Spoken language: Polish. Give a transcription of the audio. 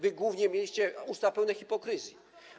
Wy głównie mieliście usta pełne hipokryzji.